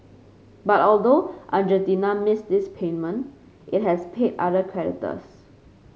but although Argentina missed this payment it has paid other creditors